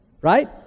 Right